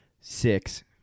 Six